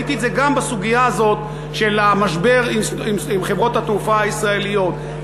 וראיתי את זה גם בסוגיה הזאת של המשבר עם חברות התעופה הישראליות,